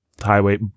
highway